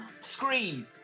Scream